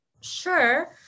Sure